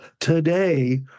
today